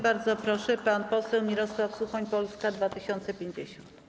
Bardzo proszę, pan poseł Mirosław Suchoń, Polska 2050.